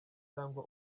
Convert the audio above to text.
cyangwa